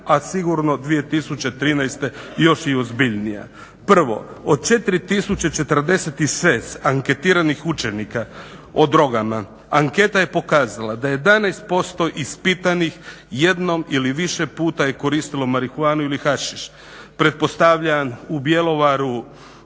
a sigurno 2013. još i ozbiljnija. Prvo, od 4046 anketiranih učenika o drogama anketa je pokazala da 11% ispitanih jednom ili više puta je koristilo marihuanu ili hašiš. Pretpostavljam u Bjelovaru